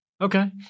Okay